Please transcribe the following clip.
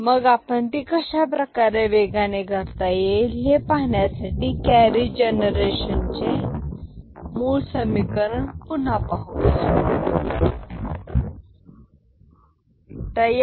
मग आपण ती कशाप्रकारे वेगाने करता येईल हे पाहण्यासाठी कॅरी जनरेशन चे मूळ समीकरण पुन्हा पाहूया